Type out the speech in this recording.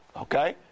Okay